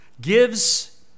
gives